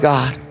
God